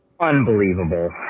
Unbelievable